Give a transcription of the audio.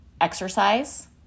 exercise